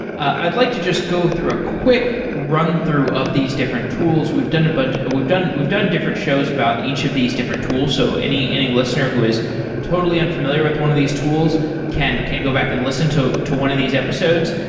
i'd like to just go through a quick run through of these different tools. we've done but ah we've done different shows about each of these different tools. so any any listener who is totally unfamiliar with one of these tools can can go back and listen to to one of these episodes.